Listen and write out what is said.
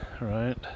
right